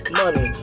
money